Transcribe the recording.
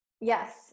Yes